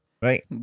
right